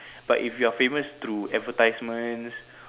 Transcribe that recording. but if you are famous through advertisements